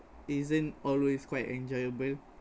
isn't always quite enjoyable